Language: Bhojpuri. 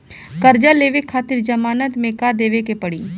कर्जा लेवे खातिर जमानत मे का देवे के पड़ी?